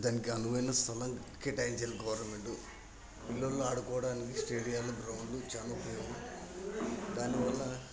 దానికి అనువైన స్థలం కేటాయించిన గవర్నమెంట్ పిల్లలు ఆడుకోవడానికి స్టేడియాలు గ్రౌండ్లు చాలా ఉపయోగం దానివల్ల